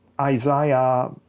Isaiah